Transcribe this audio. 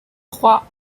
trois